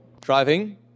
driving